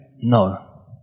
no